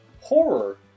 Horror